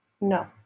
no